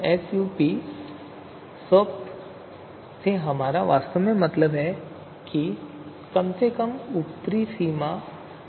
sup से हमारा वास्तव में मतलब है कम से कम ऊपरी सीमा से है